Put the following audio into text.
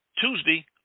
Tuesday